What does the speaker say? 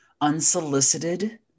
Unsolicited